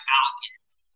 Falcons